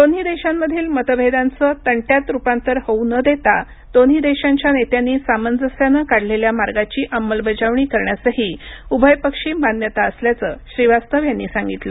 दोन्ही देशांमधील मतभेदांचं तंट्यात रुपांतर होऊ न देता दोन्ही देशांच्या नेत्यांनी सामंजस्यानं काढलेल्या मार्गाची अंमलबजावणी करण्यासही उभयपक्षी मान्यता असल्याचं श्रीवास्तव यांनी सांगितलं